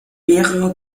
mehrere